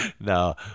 No